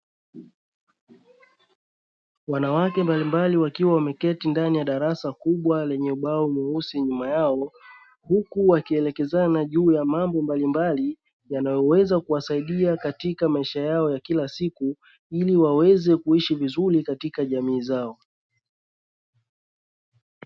Wanawake mbalimbali wakiwa wameketi ndani ya darasa kubwa lenye ubao mweusi nyuma yao, huku wakielekeza juu ya mambo mbalimbali yanayoweza kuwasadia katika maisha yao ya kila siku, ili waweze kuishi vizuri katika jamii zao.